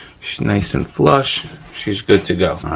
she's nice and flush. she's good to go.